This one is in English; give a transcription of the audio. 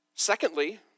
Secondly